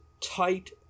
tight